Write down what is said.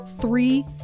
Three